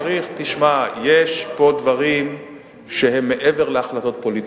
תשמע, יש פה דברים שהם מעבר להחלטות פוליטיות.